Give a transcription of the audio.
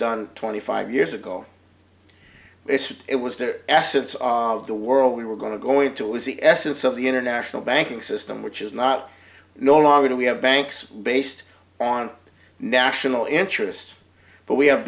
done twenty five years ago they said it was the essence of the world we were going to go into was the essence of the international banking system which is not no longer do we have banks based on national interest but we have